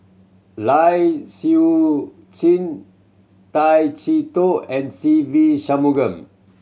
Lai Siu Chiu Tay Chee Toh and Se Ve Shanmugam